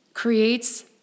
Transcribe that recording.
creates